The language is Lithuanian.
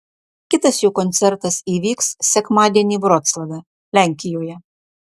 kitas jo koncertas įvyks sekmadienį vroclave lenkijoje